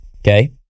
Okay